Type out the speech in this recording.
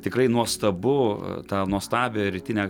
tikrai nuostabu tą nuostabią rytinę